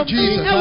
Jesus